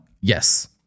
Yes